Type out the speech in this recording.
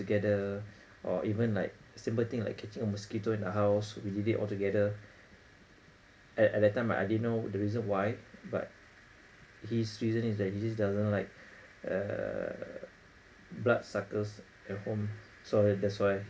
together or even like simple thing like catching a mosquito in the house we do it altogether at at that time I didn't know the reason why but his reason is that he just doesn't like uh blood suckers at home so that's why